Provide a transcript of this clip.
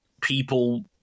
people